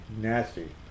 nasty